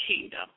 kingdom